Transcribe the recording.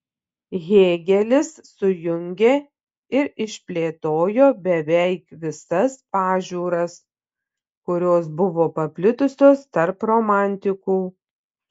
hėgelis sujungė ir išplėtojo beveik visas pažiūras kurios buvo paplitusios tarp romantikų